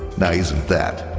now isn't that